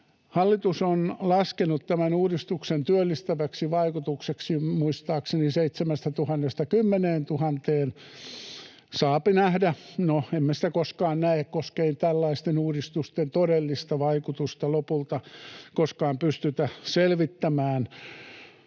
Hallitus on laskenut tämän uudistuksen työllistäväksi vaikutukseksi muistaakseni 7 000—10 000. Saapi nähdä. No, emme sitä koskaan näe, koska ei tällaisten uudistusten todellista vaikutusta lopulta koskaan pystytä selvittämään.